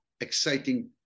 exciting